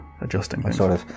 adjusting